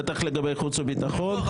בטח לגבי חוץ וביטחון,